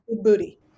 booty